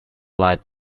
light